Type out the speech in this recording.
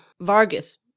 Vargas